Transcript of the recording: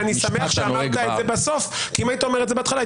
אני שמח שאמרת את זה בסוף כי אם היית אומר את זה בהתחלה,